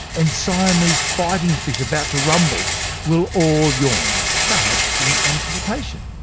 and siamese fighting fish about to rumble will all yawn, perhaps in anticipation.